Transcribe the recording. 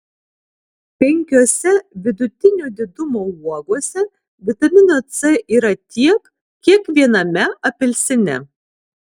penkiose vidutinio didumo uogose vitamino c yra tiek kiek viename apelsine